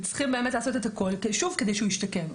וצריכים באמת לעשות את הכול, שוב, כדי שהוא ישתקם.